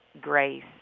grace